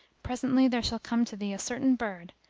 presently there shall come to thee a certain bird,